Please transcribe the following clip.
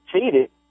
Cheated